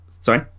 sorry